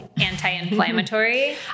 anti-inflammatory